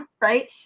right